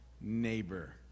neighbor